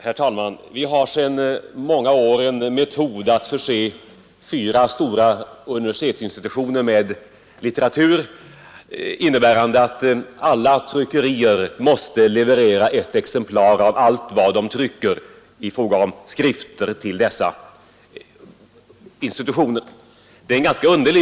Herr talman! Vi har sedan många år en metod att förse fyra stora universitetsinstitutioner med litteratur innebärande att alla tryckerier till dessa institutioner måste leverera ett exemplar av allt vad de trycker.